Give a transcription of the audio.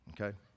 okay